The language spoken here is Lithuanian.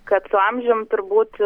kad amžium turbūt